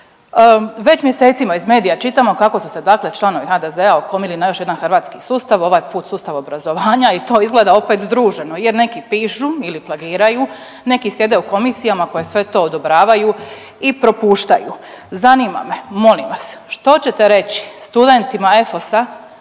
Već mjesecima iz medija čitamo kako su se dakle članovi HDZ-a okomili na još jedan hrvatski sustav, ovaj put sustav obrazovanja i to izgleda opet združeno jer neki pišu ili plagiraju, neki sjede u komisijama koji sve to odobravaju i propuštaju. Zanima me, molim vas, što ćete reći studentima EFOS-a